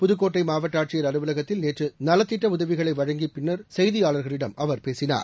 புதுக்கோட்டை மாவட்ட ஆட்சியர் அலுவலகத்தில் நேற்று நலத்திட்ட உதவிகளை வழங்கிய பின்னர் செய்தியாளர்களிடம் அவர் பேசினார்